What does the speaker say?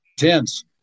intense